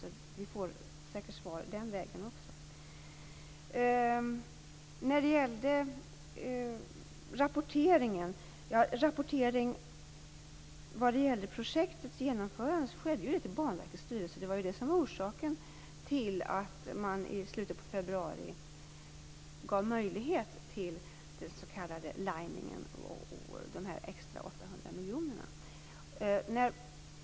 Vi får säkert svar den vägen också. Rapportering om projektets genomförande skedde till Banverkets styrelse. Det var det som var orsaken till att man i slutet på februari gav klartecken till den s.k. liningen och till de extra 800 miljonerna.